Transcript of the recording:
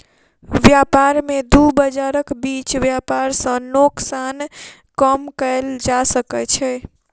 व्यापार में दू बजारक बीच व्यापार सॅ नोकसान कम कएल जा सकै छै